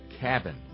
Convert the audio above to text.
cabin